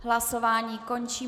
Hlasování končím.